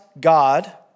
God